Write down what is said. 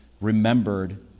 remembered